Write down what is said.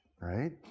right